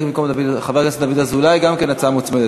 במקום חבר הכנסת דוד אזולאי, גם כן הצעה מוצמדת.